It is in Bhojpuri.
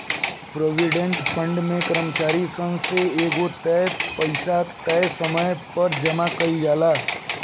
प्रोविडेंट फंड में कर्मचारी सन से एगो तय पइसा तय समय पर जामा कईल जाला